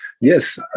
yes